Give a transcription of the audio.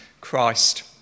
Christ